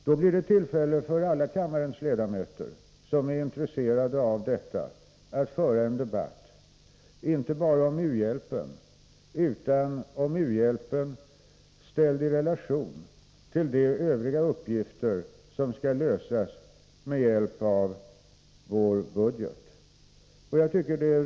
Då blir det tillfälle för alla kammarens ledamöter som är intresserade av detta att föra en debatt inte bara om u-hjälpen utan om u-hjälpen ställd i relation till de övriga uppgifter som skall lösas inom ramen för vår budget.